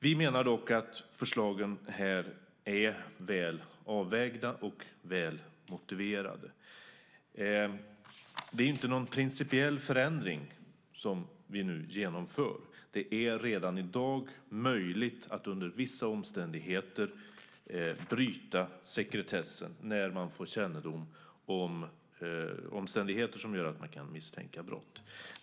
Vi menar dock att förslagen här är väl avvägda och väl motiverade. Det är inte någon principiell förändring som vi nu genomför. Det är redan i dag möjligt att under vissa omständigheter bryta sekretessen när man får kännedom om omständigheter som gör att man kan misstänka brott.